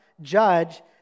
judge